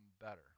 better